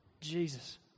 Jesus